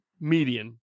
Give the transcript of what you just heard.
median